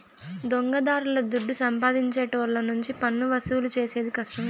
దొంగదారుల దుడ్డు సంపాదించేటోళ్ళ నుంచి పన్నువసూలు చేసేది కష్టమే